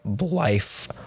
life